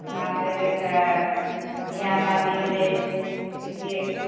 बरात अएलै तऽ बिआह शादी होलै ठिके